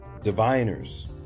diviners